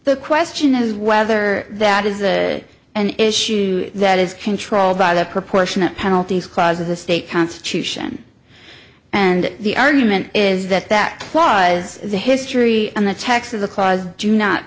the question is whether that is an issue that is controlled by the proportionate penalties clause of the state constitution and the argument is that that was the history and the text of the clause do not